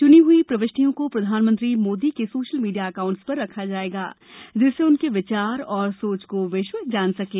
चुनी गई प्रविष्टियों को प्रधानमंत्री मोदी के सोशल मीडिया अकाउंट्स पर रखा जाएगा जिससे उनके विचार और सोच को विश्व जान सकें